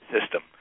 system